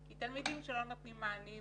כי תלמידים שלא נותנים מענים